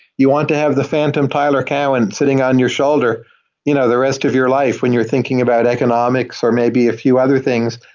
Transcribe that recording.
you want to have the phantom tyler cowen sitting on your shoulder you know the rest of your life when you're thinking about economics or maybe a few other things,